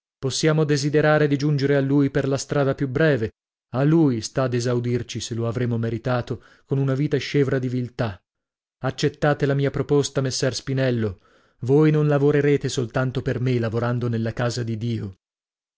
possiamo desiderare di giungere a lui per la strada più breve a lui sta d'esaudirci se lo avremo meritato con una vita scevra di viltà accettate la mia proposta messer spinello voi non lavorerete soltanto per me lavorando nella casa di dio